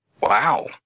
Wow